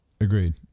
Agreed